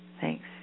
thanks